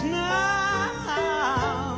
now